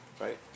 Right